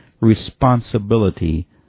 responsibility